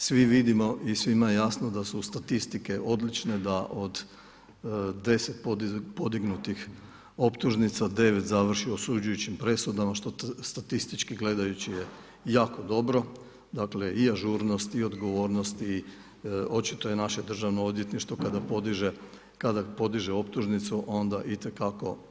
Svi vidimo i svima je jasno da su statistike odlične, da od 10 podignutih optužnica 9 završi osuđujućim presudama, što statistički gledajući je jako dobro, dakle i ažurnost i odgovornost, očito je naše državno odvjetništvo kada podiže optužnicu, onda